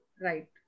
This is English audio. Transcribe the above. Right